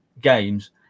games